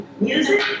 Music